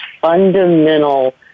fundamental